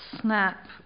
SNAP